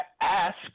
ask